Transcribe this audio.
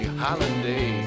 holiday